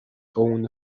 own